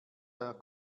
der